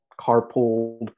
carpooled